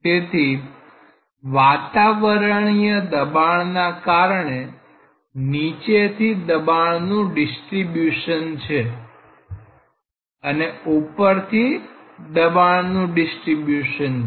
તેથી વાતાવરણીય દબાણ ના કારણે નીચેથી દબાણનું ડીસ્ટ્રીબ્યુશન છે અને ઉપરથી દબાણનું ડીસ્ટ્રીબ્યુશન છે